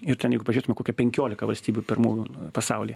ir ten jeigu pažėtume kokių penkiolika valstybių pirmųjų pasaulyje